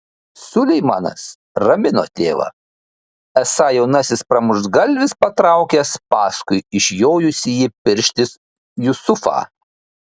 suleimanas ramino tėvą esą jaunasis pramuštgalvis patraukęs paskui išjojusį pirštis jusufą